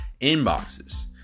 inboxes